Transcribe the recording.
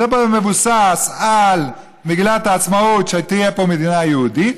זה מבוסס על מגילת העצמאות שתהיה פה מדינה יהודית,